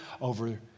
over